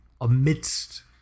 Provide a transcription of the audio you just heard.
amidst